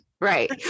right